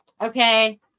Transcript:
Okay